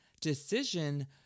decision